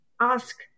ask